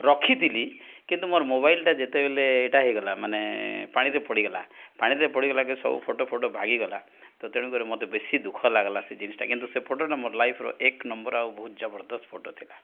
ରଖିଥିଲି କିନ୍ତୁ ମୋର ମୋବାଇଲ୍ଟା ଯେତେବେଲେ ଏଇଟା ହେଇଗଲା ମାନେ ପାଣିରେ ପଡ଼ିଗଲା ପାଣିରେ ପଡ଼ିଗଲାକେ ସବୁ ଫଟୋ ଫଟୋ ଭାଗିଗଲା ତ ତେଣୁକରି ମୋତେ ବେଶି ଦୁଃଖ ଲାଗ୍ଲା ସେ ଜିନିଷଟା କିନ୍ତୁ ସେ ଫଟୋଟା ମୋର ଲାଇଫର ଏକ ନମ୍ବର ଆଉ ବହୁତ ଜବରଦସ୍ତ ଫଟୋ ଥିଲା